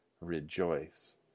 rejoice